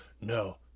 no